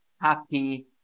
happy